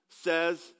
says